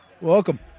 welcome